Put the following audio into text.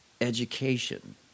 education